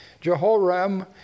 Jehoram